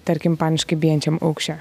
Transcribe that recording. tarkim paniškai bijančiam aukščio